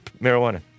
marijuana